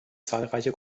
zahlreiche